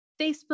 Facebook